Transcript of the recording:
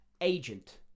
agent